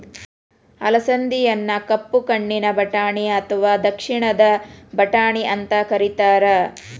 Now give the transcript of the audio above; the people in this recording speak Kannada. ಅಲಸಂದಿಯನ್ನ ಕಪ್ಪು ಕಣ್ಣಿನ ಬಟಾಣಿ ಅತ್ವಾ ದಕ್ಷಿಣದ ಬಟಾಣಿ ಅಂತ ಕರೇತಾರ